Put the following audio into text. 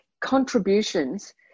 contributions